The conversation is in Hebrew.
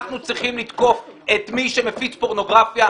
אנחנו צריכים לתקוף את מי שמפיץ פורנוגרפיה,